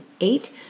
eight